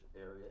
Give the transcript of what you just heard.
area